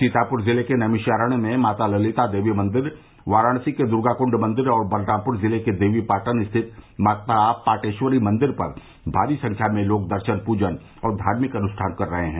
सीतापुर जिले के नैमिषारण में माता ललिता देवी मंदिर वाराणसी के दुर्गाकुण्ड मंदिर और बलरामपुर जिले के देवीपाटन स्थित माता पाटेश्वरी देवी मंदिर पर भारी संख्या में लोग दर्शन पूजन और धार्मिक अनुष्ठान कर रहे हैं